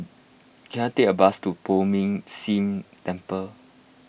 can I take a bus to Poh Ming Tse Temple